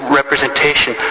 representation